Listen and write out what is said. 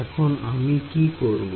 এখন আমি কি করব